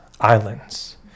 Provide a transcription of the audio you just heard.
islands